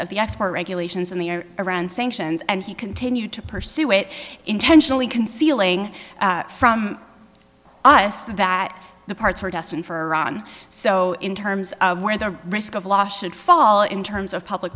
of the export regulations and the air around sanctions and he continued to pursue it intentionally concealing from us that the parts were destined for ron so in terms of where the risk of loss should fall in terms of public